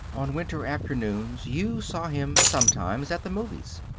on winter afternoons you saw him sometimes at the movies,